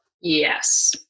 yes